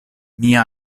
mia